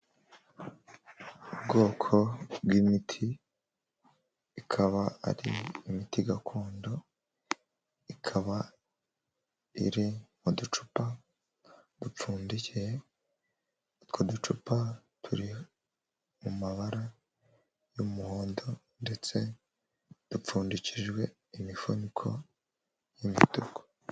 Ubwoko bw'imiti ikaba ari imiti gakondo ikaba iri mu ducupa dupfundikiye utwo ducupa turi mu mabara y'umuhondo ndetse dupfundikijwe imifuniko y'imituku.